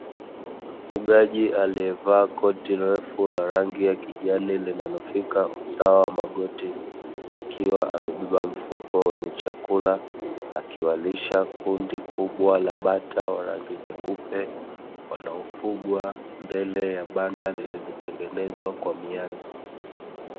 Mfugaji aliyevaa koti refu la rangi ya kijani linalofika usawa wa magoti, akiwa amebeba mfuko wenye chakula, akiwalisha kundi kubwa la bata wa rangi nyeupe, wanaofugwa mbele ya banda lililotengenezwa kwa mianzi.